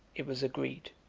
it was agreed,